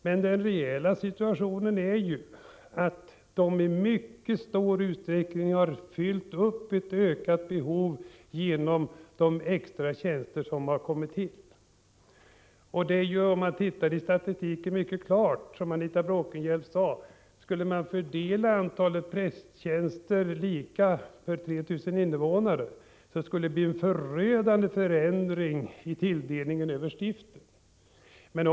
Men den reella situationen är ju den att de i mycket stor utsträckning har fyllt ett ökat behov genom de extra tjänster som har tillkommit. Om man tittar i statistiken och fördelar antalet prästtjänster lika per 3 000 invånare, finner man att det blir en förödande förändring i tilldelningen över stiften, som Anita Bråkenhielm sade.